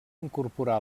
incorporar